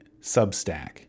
Substack